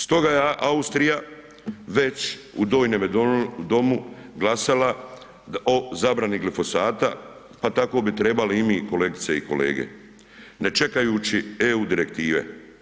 Stoga je Austrija već u ... domu glasala o zabrani glifosata, pa tako bi trebali i mi, kolegice i kolege, ne čekajući EU direktive.